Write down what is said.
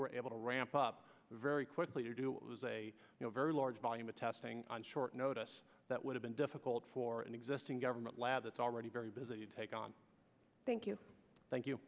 were able to ramp up very quickly to do it was a very large volume of testing on short notice that would have been difficult for an existing government lab that's already very busy take on thank you thank you